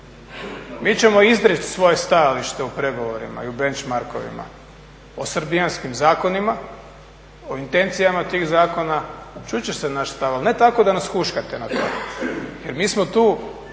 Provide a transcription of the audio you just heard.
Mi ćemo izreći svoje stajalište u pregovorima i u benchmarkovima o srbijanskim zakonima, o intencijama tih zakona, čut će se naš stav. Ali ne tako da nas huškate na to, jer mi smo tu